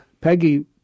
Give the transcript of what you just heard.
Peggy